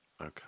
okay